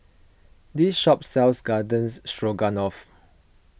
this shop sells Garden Stroganoff